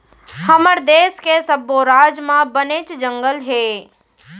हमर देस के सब्बो राज म बनेच जंगल हे